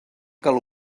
cal